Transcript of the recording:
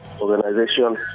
organization